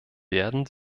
werden